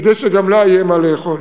כדי שגם לה יהיה מה לאכול.